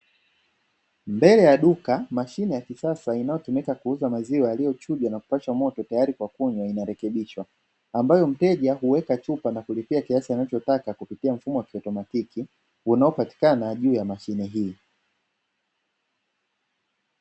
Mbele ya duka mashine ya kisasa inayotumika kuuza maziwa yaliyochunjwa na kupashwa moto inarekebishwa, ambayo mteja huweka chupa na kulipia kiasi anachotaka, kupitia mfumo wa kiotomatiki unapatikana juu ya mashine hii.